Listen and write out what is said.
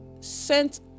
sent